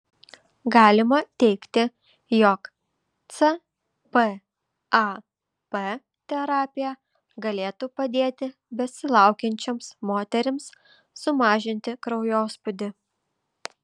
galima teigti jog cpap terapija galėtų padėti besilaukiančioms moterims sumažinti kraujospūdį